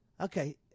Okay